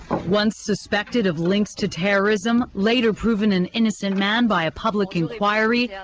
but once suspected of links to terrorism, later proven an innocent man by a public inquiry, yeah